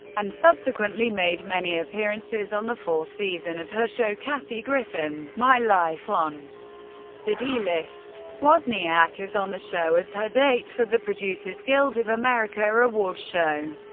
and subsequently made many appearances on the fourth season of her show kathy griffin my life on the d-list. wozniak is on the show as her date for the producers guild of america award show.